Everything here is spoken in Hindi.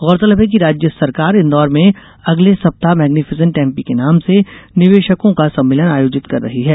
गौरतलब है कि राज्य सरकार इंदौर में अगले सप्ताह मैग्नीफिसेंट एमपी के नाम से निवेशकों का सम्मेलन आयोजित कर रही है